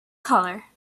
color